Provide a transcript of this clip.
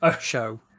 show